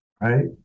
right